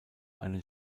einen